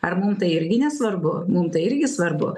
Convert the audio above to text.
ar mum tai irgi nesvarbu mum tai irgi svarbu